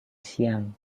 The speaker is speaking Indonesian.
siang